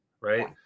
Right